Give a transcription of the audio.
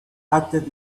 acted